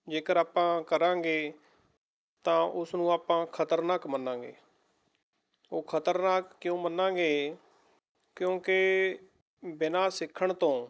ਜੇਕਰ ਆਪਾਂ ਕਰਾਂਗੇ ਤਾਂ ਉਸਨੂੰ ਆਪਾਂ ਖ਼ਤਰਨਾਕ ਮੰਨਾਗੇ ਉਹ ਖ਼ਤਰਨਾਕ ਕਿਉਂ ਮੰਨਾਗੇ ਕਿਉਂਕਿ ਬਿਨ੍ਹਾਂ ਸਿੱਖਣ ਤੋਂ